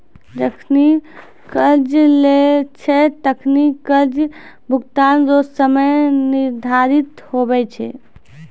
जखनि कर्जा लेय छै तखनि कर्जा भुगतान रो समय निर्धारित हुवै छै